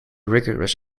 rigorous